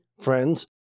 friends